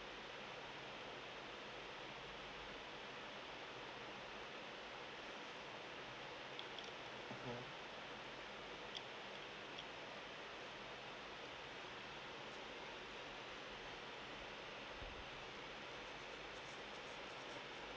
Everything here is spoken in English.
mm